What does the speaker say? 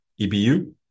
EBU